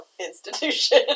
institution